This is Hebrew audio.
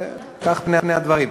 וכאלה הם פני הדברים.